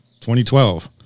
2012